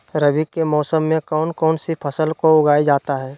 रवि के मौसम में कौन कौन सी फसल को उगाई जाता है?